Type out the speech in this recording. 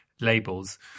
labels